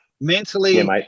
mentally